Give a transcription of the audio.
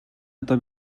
одоо